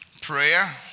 Prayer